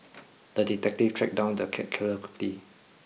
the detective tracked down the cat killer quickly